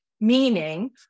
Meaning